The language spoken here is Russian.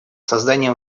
созданием